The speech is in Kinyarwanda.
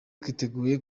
twiteguye